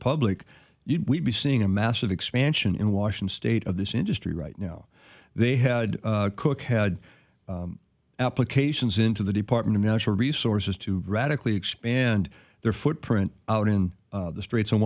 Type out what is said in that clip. public you'd be seeing a massive expansion in washington state of this industry right now they had cook had applications into the department of natural resources to radically expand their footprint out in the streets